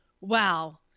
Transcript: wow